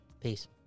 Peace